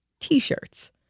t-shirts